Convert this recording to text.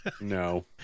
No